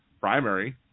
primary